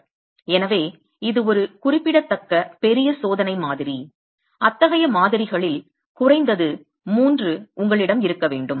எனவே இது ஒரு குறிப்பிடத்தக்க பெரிய சோதனை மாதிரி அத்தகைய மாதிரிகளில் குறைந்தது மூன்று உங்களிடம் இருக்க வேண்டும்